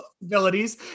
abilities